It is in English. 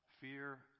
Fear